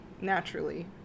naturally